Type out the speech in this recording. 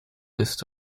list